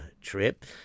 trip